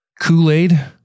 Kool-Aid